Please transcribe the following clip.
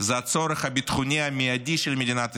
זה הצורך הביטחוני המיידי של מדינת ישראל.